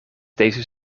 deze